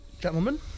Gentlemen